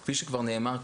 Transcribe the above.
כפי שכבר נאמר קודם,